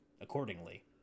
accordingly